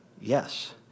yes